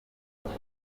inka